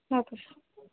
okay sir